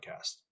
podcast